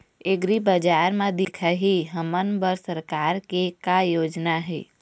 एग्रीबजार म दिखाही हमन बर सरकार के का योजना हे?